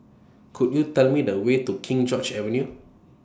Could YOU Tell Me The Way to King George's Avenue